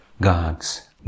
God's